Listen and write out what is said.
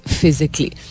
physically